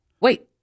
Wait